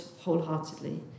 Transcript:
wholeheartedly